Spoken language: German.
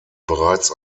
bereits